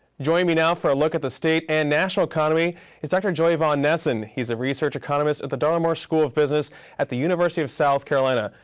joining me now for a look at the state and national economy is dr. joey von nessen. he's a research economist at the darla moore school of business at the university of south carolina.